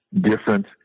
different